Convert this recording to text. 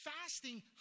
Fasting